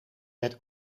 het